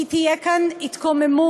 כי תהיה כאן התקוממות,